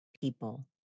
people